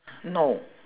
no